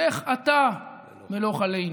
לך אתה מלך עלינו".